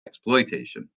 exploitation